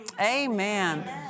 Amen